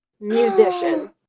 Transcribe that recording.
musician